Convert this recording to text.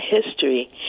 history